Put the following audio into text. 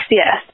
yes